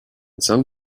some